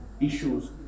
issues